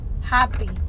happy